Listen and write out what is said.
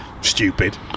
stupid